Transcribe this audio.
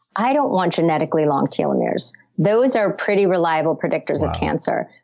i don't want genetically long telomeres. those are pretty reliable predictors of cancer.